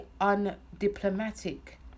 undiplomatic